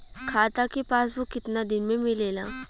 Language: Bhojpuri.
खाता के पासबुक कितना दिन में मिलेला?